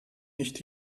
nicht